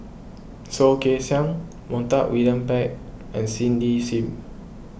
Soh Kay Siang Montague William Pett and Cindy Sim